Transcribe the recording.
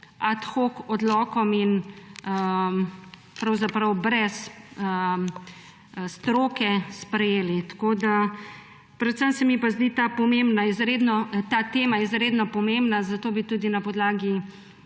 ad hoc z odlokom in pravzaprav brez stroke sprejeli. Predvsem se mi pa zdi ta tema izredno pomembna, zato bi tudi na podlagi